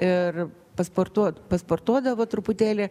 ir pasportuot pasportuodavo truputėlį